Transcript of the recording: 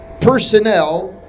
personnel